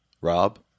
Rob